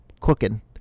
cooking